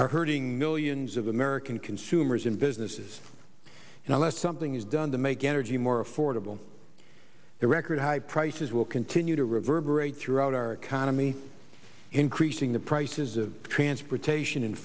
are hurting millions of american consumers and businesses and unless something is done to make energy more affordable the record high prices will continue to reverberate throughout our economy increasing the prices of transportation